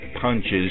punches